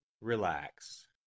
Relax